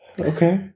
Okay